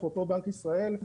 אפרופו בנק ישראל,